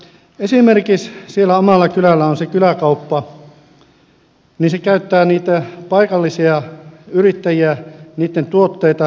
esimerkiksi siellä omalla kylällä on se kyläkauppa ja se käyttää niitä paikallisia yrittäjiä niitten tuotteita myy